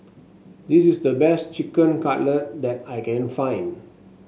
this is the best Chicken Cutlet that I can find